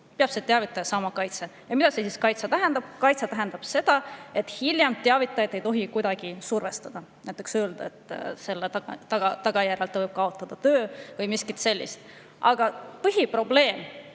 peaks teavitaja saama kaitse. Mida see kaitse siis tähendab? Kaitse tähendab seda, et teavitajat ei tohi hiljem kuidagi survestada, näiteks öelda, et selle tagajärjel ta võib kaotada töö või midagi sellist. Aga põhiprobleem,